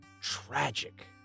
tragic